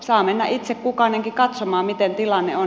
saa mennä itse kukainenkin katsomaan miten tilanne on